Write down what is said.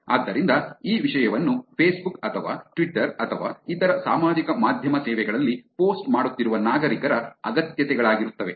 ಆದ್ದರಿಂದ ಈ ವಿಷಯವನ್ನು ಫೇಸ್ಬುಕ್ ಅಥವಾ ಟ್ವಿಟರ್ ಅಥವಾ ಇತರ ಸಾಮಾಜಿಕ ಮಾಧ್ಯಮ ಸೇವೆಗಳಲ್ಲಿ ಪೋಸ್ಟ್ ಮಾಡುತ್ತಿರುವ ನಾಗರಿಕರ ಅಗತ್ಯತೆಗಳಾಗಿರುತ್ತವೆ